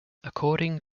according